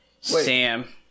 Sam